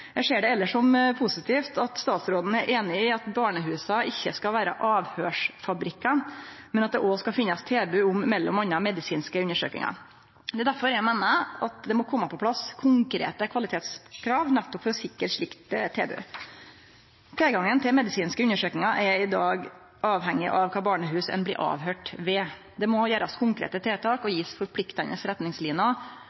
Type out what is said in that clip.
Eg ser det elles som positivt at statsråden er einig i at barnehusa ikkje skal vere avhøyrsfabrikkar, men at det òg skal finnast tilbod om m.a. medisinske undersøkingar. Det er derfor eg meiner at det må kome på plass konkrete kvalitetskrav, nettopp for å sikre eit slikt tilbod. Tilgangen til medisinske undersøkingar er i dag avhengig av kva barnehus ein blir avhøyrt ved. Det må gjerast konkrete tiltak og